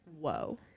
whoa